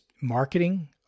marketing